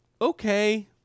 Okay